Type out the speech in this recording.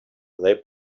they